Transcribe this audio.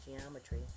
geometry